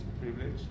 privilege